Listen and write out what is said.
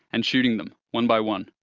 and shooting them, one by one,